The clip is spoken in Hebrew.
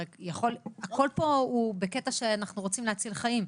הרי הכל פה בקטע שאנחנו רוצים להציל חיים.